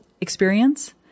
experience